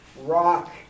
Rock